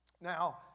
Now